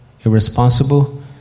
irresponsible